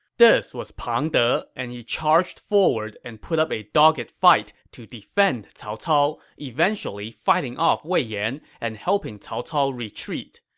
this was pang de, and he charged forward and put up a dogged fight to defend cao cao, eventually fighting off wei yan and helping cao cao retreat.